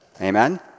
Amen